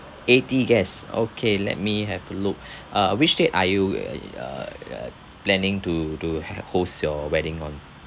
eighty guests okay let me have a look uh which date are you uh planning to to ha~ host your wedding on